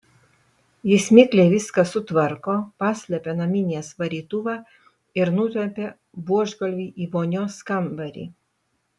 jis mikliai viską sutvarko paslepia naminės varytuvą ir nutempia buožgalvį į vonios kambarį